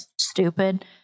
stupid